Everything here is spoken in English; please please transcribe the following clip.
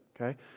okay